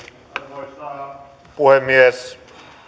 arvoisa puhemies